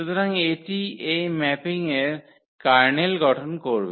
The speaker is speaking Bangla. সুতরাং এটি এই ম্যাপিংয়ের কার্নেল গঠন করবে